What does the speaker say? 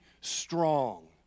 strong